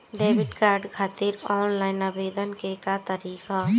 Debit card खातिर online आवेदन के का तरीकि ह?